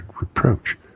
reproach